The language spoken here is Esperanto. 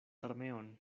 armeon